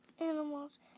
animals